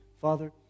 Father